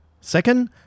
Second